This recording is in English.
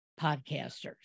podcasters